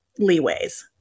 leeways